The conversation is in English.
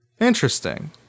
Interesting